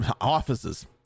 offices